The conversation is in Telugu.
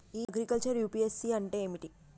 ఇ అగ్రికల్చర్ యూ.పి.ఎస్.సి అంటే ఏమిటి?